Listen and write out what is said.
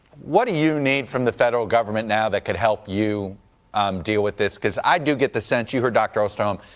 what do you need from the federal government now that can help you deal with this? i do get the sense, you heard dr. osterholm,